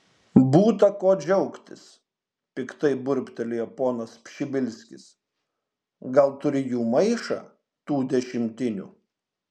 būta ko džiaugtis piktai burbtelėjo ponas pšibilskis gal turi jų maišą tų dešimtinių